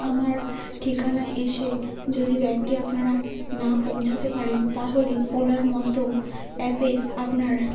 আমার ঠিকানায় এসে যদি ব্যাগটি আপনারা না পৌঁছাতে পারেন তাহলে ওলার মতো অ্যাপে আপনার